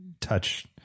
touch